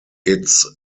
its